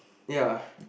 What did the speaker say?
yeah